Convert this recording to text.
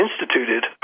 instituted